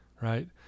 right